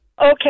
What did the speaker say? Okay